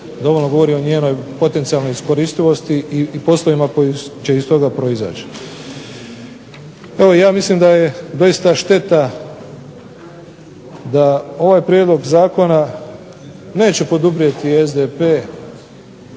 dovoljno govori o njenoj potencijalnoj iskoristivosti i poslovima koji će iz toga proizaći. Evo ja mislim da je doista šteta da ovaj prijedlog zakona neće poduprijeti SDP